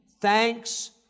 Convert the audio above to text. thanks